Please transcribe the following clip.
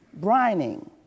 brining